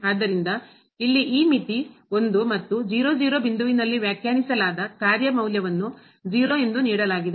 ಆದ್ದರಿಂದ ಇಲ್ಲಿ ಈ ಮಿತಿ 1 ಮತ್ತು ಬಿಂದುವಿನಲ್ಲಿ ವ್ಯಾಖ್ಯಾನಿಸಲಾದ ಕಾರ್ಯ ಮೌಲ್ಯವನ್ನು ಎಂದು ನೀಡಲಾಗಿದೆ